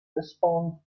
lisbon